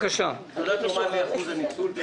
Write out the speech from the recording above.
תוכלי לומר לי מה אחוז הניצול?